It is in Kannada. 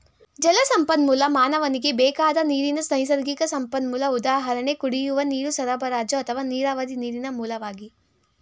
ಜಲಸಂಪನ್ಮೂಲ ಮಾನವನಿಗೆ ಬೇಕಾದ ನೀರಿನ ನೈಸರ್ಗಿಕ ಸಂಪನ್ಮೂಲ ಉದಾಹರಣೆ ಕುಡಿಯುವ ನೀರು ಸರಬರಾಜು ಅಥವಾ ನೀರಾವರಿ ನೀರಿನ ಮೂಲವಾಗಿ